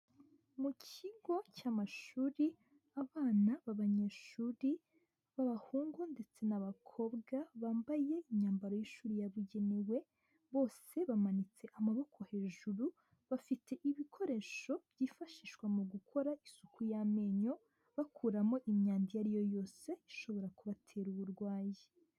Mu kigo cy'amashuri abana b'abanyeshuri b'abahungu ndetse n'abakobwa bambaye imyambaro y'ishuri yabugenewe, bose bamanitse amaboko hejuru, bafite ibikoresho byifashishwa mu gukora isuku y'amenyo, bakuramo imyanda iyo ari yo yose ishobora kubatera uburwayi.